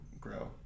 grow